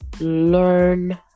Learn